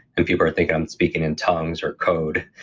and people are thinking i'm speaking in tongues or code.